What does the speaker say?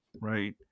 right